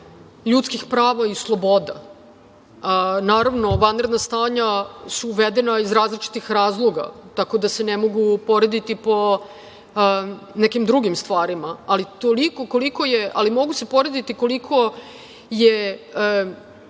ljudskih prava i sloboda. Naravno, vanredna stanja su uvedena iz različitih razloga, tako da se ne mogu porediti po nekim drugim stvarima, ali mogu se porediti koliko je